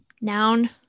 Noun